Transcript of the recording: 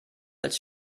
als